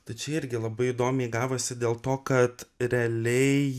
tai čia irgi labai įdomiai gavosi dėl to kad realiai